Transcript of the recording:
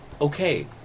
Okay